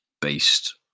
based